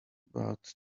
but